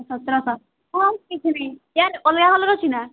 ସତରଶହ ହଁ କିଛି ନାହିଁ ୟାର ଅଲଗା କଲର ଅଛି ନା